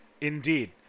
Indeed